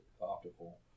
optical